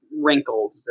wrinkled